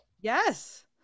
Yes